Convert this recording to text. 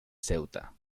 ceuta